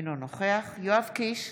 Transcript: אינו נוכח יואב קיש,